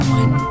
one